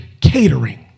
catering